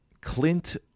Clint